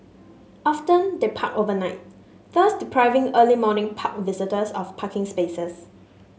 often they park overnight thus depriving early morning park visitors of parking spaces